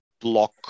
block